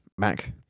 Mac